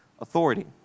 authority